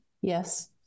yes